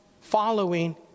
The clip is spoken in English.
following